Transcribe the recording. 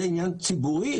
זה עניין ציבורי,